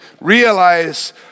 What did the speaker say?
realize